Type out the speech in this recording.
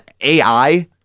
AI